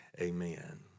Amen